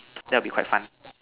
that will be quite fun